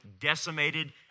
decimated